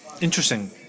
Interesting